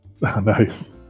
Nice